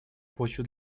почву